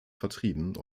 vertrieben